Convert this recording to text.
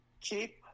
keep